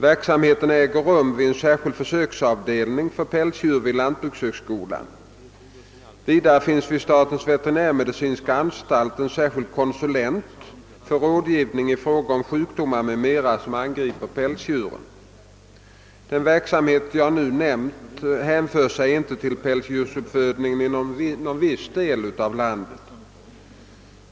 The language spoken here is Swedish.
Verksamheten äger rum vid en särskild försöksavdelning för pälsdjur vid lantbrukshögskolan. Vidare finns vid statens veterinärmedicinska anstalt en särskild konsulent för rådgivning i fråga om sjukdomar m.m. som angriper päls djuren. Den verksamhet jag nu nämnt hänför sig inte till pälsdjursuppfödning inom någon viss del av landet.